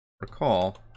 recall